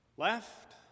Left